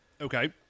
Okay